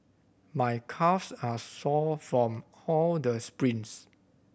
my calves are sore from all the sprints